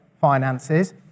finances